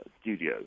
studio